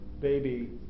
baby